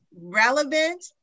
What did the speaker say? relevant